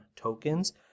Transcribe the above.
tokens